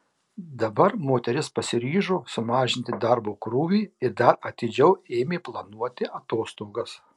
dabar moteris pasiryžo sumažinti darbo krūvį ir dar atidžiau ėmė planuoti atostogas